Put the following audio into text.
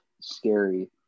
scary